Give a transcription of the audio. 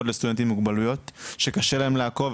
לסטודנטים עם מוגבלויות שקשה להם לעקוב,